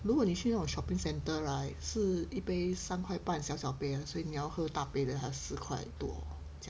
如果你去那种 shopping centre right 是一杯三块半小小杯所以你要喝大杯还要四块多